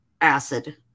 acid